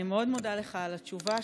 אני מאוד מודה לך עת התשובה,